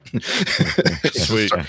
Sweet